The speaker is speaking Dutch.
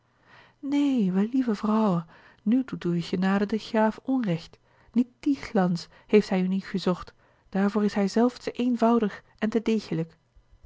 neen wellieve vrouwe nu doet uwe genade den graaf onrecht niet dien glans heeft hij in u gezocht daarvoor is hij zelf te eenvoudig en te degelijk